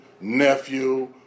nephew